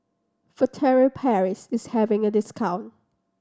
Furtere Paris is having a discount